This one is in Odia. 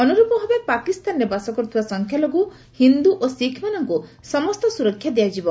ଅନୁରୂପ ଭାବେ ପାକିସ୍ତାନରେ ବାସ କରୁଥିବା ସଂଖ୍ୟାଲଘୁ ହିନ୍ନୁ ଓ ଶିଖ ମାନଙ୍କୁ ସମସ୍ତ ସୁରକ୍ଷା ଦିଆଯିବ